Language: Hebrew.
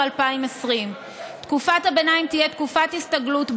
2020. תקופת הביניים תהיה תקופת הסתגלות,